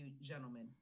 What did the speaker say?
gentlemen